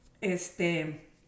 Este